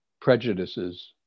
prejudices